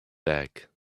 back